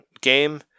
game